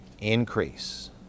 increase